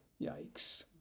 Yikes